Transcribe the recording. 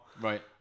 Right